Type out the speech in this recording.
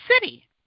city